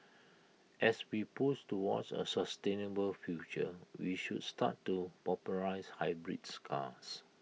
as we push towards A sustainable future we should start to popularise hybrids cars